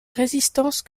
résistance